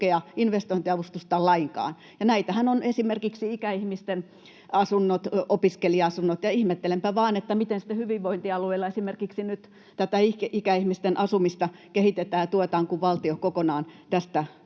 investointiavustusta, lainkaan. Ja näitähän ovat esimerkiksi ikäihmisten asunnot, opiskelija-asunnot. Ihmettelenpä vain, miten sitten hyvinvointialueilla nyt esimerkiksi ikäihmisten asumista kehitetään ja tuetaan, kun valtio kokonaan tästä